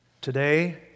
Today